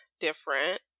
different